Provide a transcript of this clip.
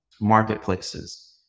marketplaces